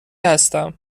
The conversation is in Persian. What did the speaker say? هستم